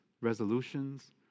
resolutions